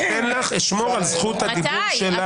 אשמור על זכות הדיבור שלך.